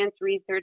research